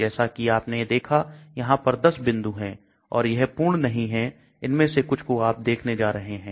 जैसा कि आपने देखा यहां पर 10 बिंदु हैं और यह पूर्ण नहीं है इनमें से कुछ को आप देखने जा रहे हैं